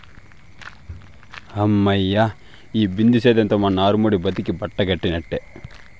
హమ్మయ్య, ఈ బిందు సేద్యంతో మా నారుమడి బతికి బట్టకట్టినట్టే